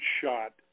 shot